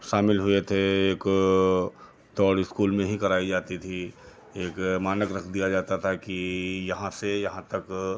शामिल हुए थे एक दौड़ इस्कूल में ही कराई जाती थी एक मानक रख दिया जाता था कि यहाँ से यहाँ तक